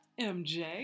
MJ